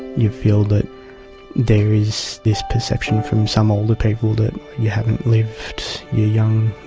you feel that there is this perception from some older people that you haven't lived, you're young,